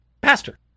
pastor